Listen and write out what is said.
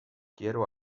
quiero